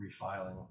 refiling